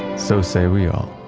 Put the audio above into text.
so say we all.